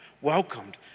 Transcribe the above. welcomed